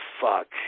Fuck